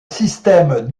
système